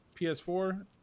PS4